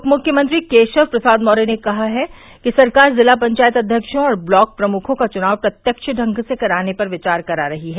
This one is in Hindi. उपमुख्यमंत्री केशव प्रसाद मौर्य ने कहा है कि सरकार जिला पंचायत अध्यक्षों और ब्लाक प्रमुखों का चुनाव प्रत्यक्ष ढंग से कराने पर विचार करा रही है